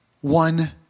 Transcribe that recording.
one